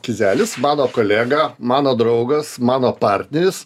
kizelis mano kolega mano draugas mano partneris